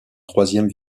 troisième